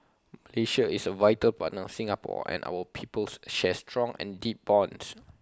Malaysia is A vital partner of Singapore and our peoples share strong and deep bonds